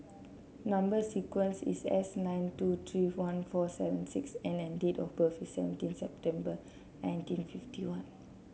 number sequence is S nine two three one four seven six N and date of birth is seventeen September nineteen fifty one